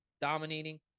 Dominating